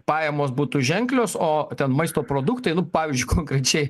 pajamos būtų ženklios o ten maisto produktainu pavyzdžiui konkrečiai